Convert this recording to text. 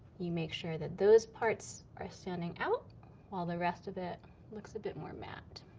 you make sure that those parts are standing out while the rest of it looks a bit more matte.